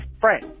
friend